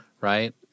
Right